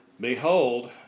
Behold